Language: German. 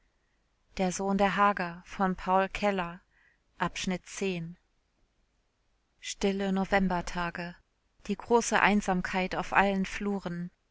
zehntes kapitel stille novembertage die große einsamkeit auf allen fluren